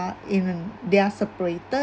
even they're separated